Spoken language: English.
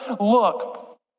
look